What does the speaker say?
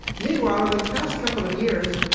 meanwhile, over the past couple of years,